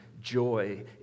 joy